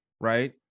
Right